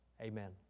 Amen